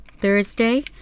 Thursday